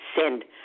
send –